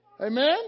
Amen